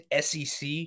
SEC